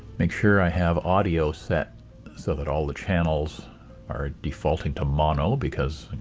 make sure i have audio set so that all the channels are defaulting to mono because,